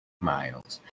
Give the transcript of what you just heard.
Miles